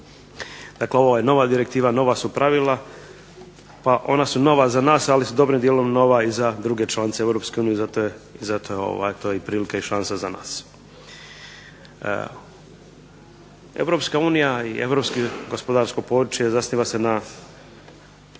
Dakle, ovo je nova direktiva, nova su pravila. Ona su nova za nas, ali su dobrim dijelom nova i za druge članice EU, zato je to prilika i šansa za nas. EU i europsko gospodarsko područje zasniva se na